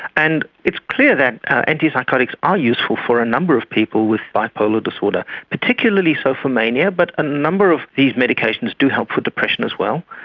and it's clear that antipsychotics are useful for a number of people with bipolar disorder, particularly so for mania, but a number of these medications do help with depression as well.